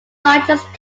largest